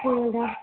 हजुर